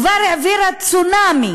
כבר העבירה צונאמי